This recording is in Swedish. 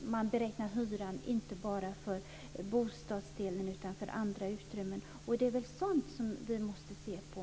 Man beräknar nämligen inte bara hyran på bostadsdelen utan också på andra utrymmen. Det är sådant som vi måste se på.